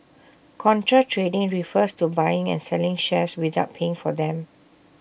contra trading refers to buying and selling shares without paying for them